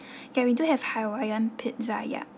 ya we do have hawaiian pizza ya